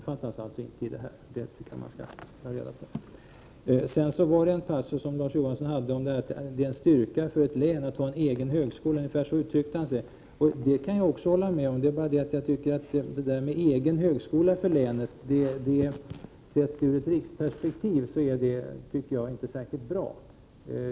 Larz Johansson sade att det var en styrka för ett län att ha en egen högskola —- ungefär så uttryckte han sig. Det kan jag hålla med om. Men jag tror att en egen högskola för ett län sett ur ett riksperspektiv inte är särskilt bra.